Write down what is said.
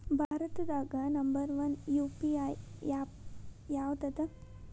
ಭಾರತದಾಗ number one UPI app ಯಾವದದ